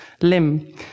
limb